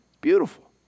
Beautiful